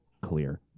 clear